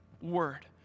word